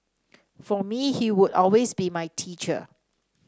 for me he would always be my teacher